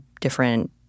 different